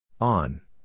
On